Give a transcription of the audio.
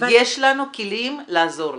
יש לנו כלים לעזור לכם.